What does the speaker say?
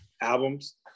albums